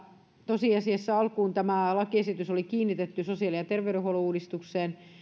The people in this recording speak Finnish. tosiasiassa alkuun tämä lakiesitys oli kiinnitetty sosiaali ja terveydenhuollon uudistukseen